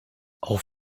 auch